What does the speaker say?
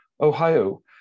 Ohio